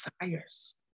desires